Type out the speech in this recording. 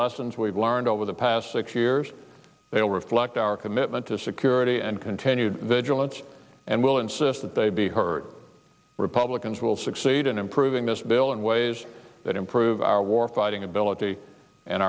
lessons we've learned over the past six years they will reflect our commitment to security and continued vigilance and will insist that they be hurt republicans will succeed in improving this bill in ways that improve our war fighting ability and